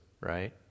right